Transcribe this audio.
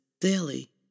daily